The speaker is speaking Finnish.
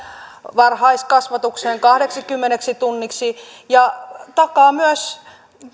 varhaiskasvatukseen kahdeksikymmeneksi tunniksi ja takaa myös